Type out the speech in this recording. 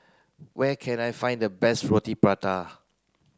where can I find the best Roti Prata